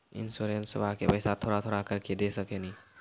इंश्योरेंसबा के पैसा थोड़ा थोड़ा करके दे सकेनी?